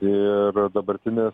ir dabartinis